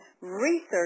research